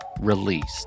Released